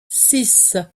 six